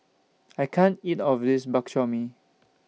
I can't eat of This Bak Chor Mee